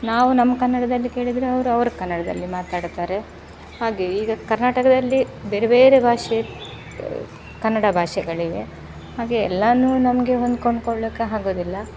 ನಾವು ನಮ್ಮ ಕನ್ನಡದಲ್ಲಿ ಕೇಳಿದರೆ ಅವರು ಅವರ ಕನ್ನಡದಲ್ಲಿ ಮಾತಾಡುತ್ತಾರೆ ಹಾಗೆ ಈಗ ಕರ್ನಾಟಕದಲ್ಲಿ ಬೇರೆ ಬೇರೆ ಭಾಷೆ ಕನ್ನಡ ಭಾಷೆಗಳಿವೆ ಹಾಗೆ ಎಲ್ಲಾನೂ ನಮಗೆ ಹೊಂದ್ಕೊಂಡು ಕೊಳ್ಳೋಕೆ ಆಗುದಿಲ್ಲ